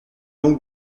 donc